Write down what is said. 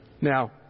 Now